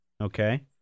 okay